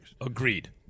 Agreed